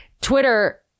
twitter